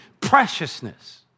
preciousness